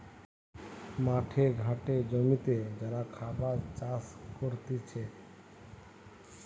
মাঠে ঘাটে জমিতে যারা খাবার চাষ করতিছে